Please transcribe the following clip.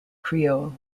creole